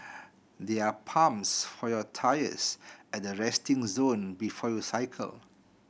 there are pumps for your tyres at the resting zone before you cycle